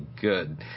good